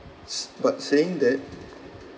s~ but saying that